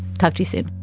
tucker you said